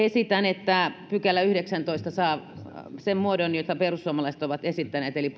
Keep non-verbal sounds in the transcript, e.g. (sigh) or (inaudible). (unintelligible) esitän että yhdeksästoista pykälä saa sen muodon jota perussuomalaiset ovat esittäneet eli (unintelligible)